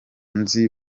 nzi